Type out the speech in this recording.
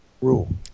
rule